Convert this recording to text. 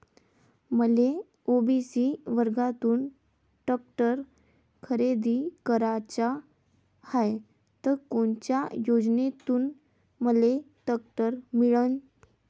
मले ओ.बी.सी वर्गातून टॅक्टर खरेदी कराचा हाये त कोनच्या योजनेतून मले टॅक्टर मिळन?